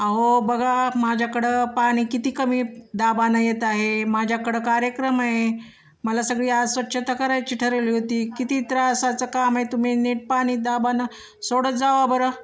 अहो बघा माझ्याकडं पाणी किती कमी दाबानं येत आहे माझ्याकडं कार्यक्रम आहे मला सगळी आज स्वच्छता करायची ठरवली होती किती त्रासचं काम आहे तुम्ही नीट पाणी दाबानं सोडत जा बरं